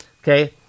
okay